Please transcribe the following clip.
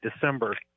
December